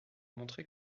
montrer